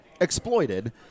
exploited